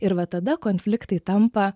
ir va tada konfliktai tampa